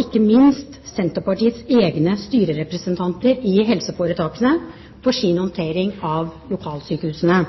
ikke minst Senterpartiets egne styrerepresentanter i helseforetakene for deres håndtering av lokalsykehusene.